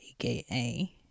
AKA